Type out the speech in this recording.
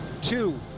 two